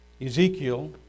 Ezekiel